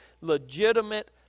legitimate